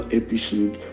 episode